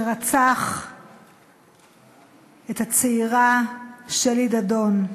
שרצח את הצעירה שלי דדון.